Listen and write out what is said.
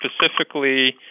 specifically